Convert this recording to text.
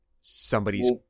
somebody's